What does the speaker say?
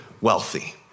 wealthy